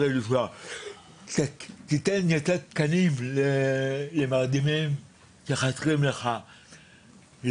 תן יותר תקנים למרדימים שחסרים לך,